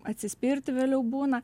atsispirti vėliau būna